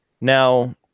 Now